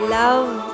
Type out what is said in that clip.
love